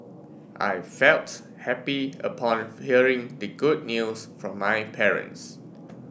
I felt happy upon hearing the good news from my parents